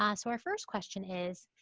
ah so our first question is,